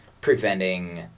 preventing